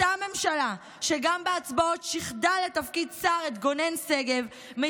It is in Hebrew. אותה ממשלה שגם בהצבעות שיחדה את גונן שגב בתפקיד שר,